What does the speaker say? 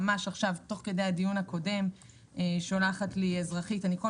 למשל ממש תוך כדי הדיון הקודם שולחת לי אזרחית: אני כל